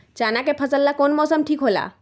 चाना के फसल ला कौन मौसम ठीक होला?